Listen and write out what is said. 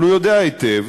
אבל הוא יודע היטב